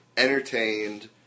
entertained